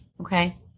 okay